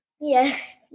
Yes